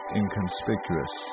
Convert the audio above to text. inconspicuous